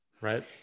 right